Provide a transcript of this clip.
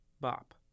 bop